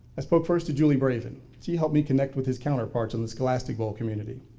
i spoke first to julie bravin. she helped me connect with his counterparts in the scholastic bowl community.